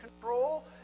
control